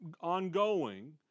ongoing